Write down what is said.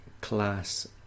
class